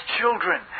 children